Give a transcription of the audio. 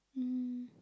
um